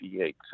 V8